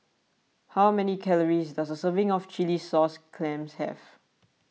how many calories does a serving of Chilli Sauce Clams have